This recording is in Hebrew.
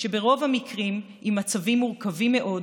שברוב המקרים הם עם מצבים מורכבים מאוד,